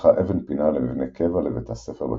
הונחה אבן פינה למבנה קבע לבית הספר בקיבוץ.